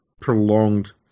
prolonged